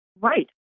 Right